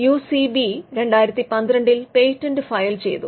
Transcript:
UCB 2012 ൽ patent file ചെയ്തു